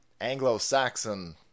Anglo-Saxon